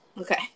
Okay